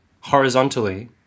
horizontally